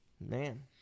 Man